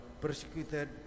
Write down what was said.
persecuted